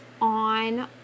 on